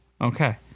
Okay